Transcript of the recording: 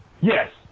Yes